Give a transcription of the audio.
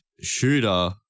shooter